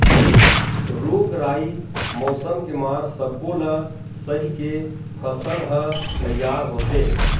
रोग राई, मउसम के मार सब्बो ल सहिके फसल ह तइयार होथे